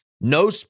no